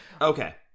Okay